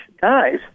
guys